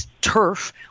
turf